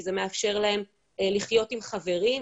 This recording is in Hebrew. כי זה מאפשר להם לחיות עם חברים,